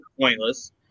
pointless